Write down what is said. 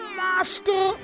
master